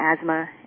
asthma